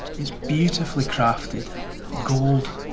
it's beautifully crafted gold,